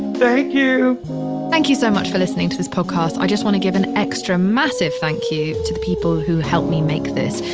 you thank you so much for listening to this podcast. i just want to give an extra massive thank you to people who helped me make this.